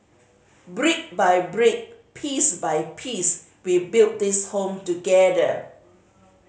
brick by brick piece by piece we build this Home together